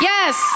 Yes